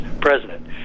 president